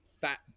fat